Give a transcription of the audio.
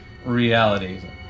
Reality